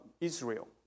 Israel